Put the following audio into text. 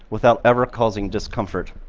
without ever causing discomfort.